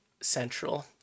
Central